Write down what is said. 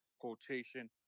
quotation